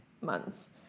months